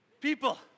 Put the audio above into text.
people